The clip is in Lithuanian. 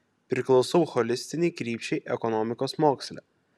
priklausau holistinei krypčiai ekonomikos moksle